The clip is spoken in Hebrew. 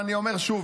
אני אומר שוב,